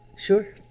sure!